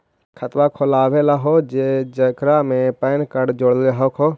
खातवा खोलवैलहो हे जेकरा मे पैन कार्ड जोड़ल हको?